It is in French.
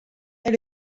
est